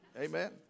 amen